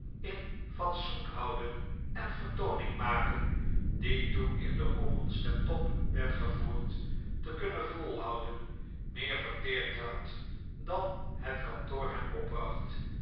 in fatsoen houden en vertooning maken die toen in de commons ten top werd gevoerd te kunnen volhouden meer verteerd had dan het kalloor hem opbracht